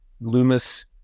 Loomis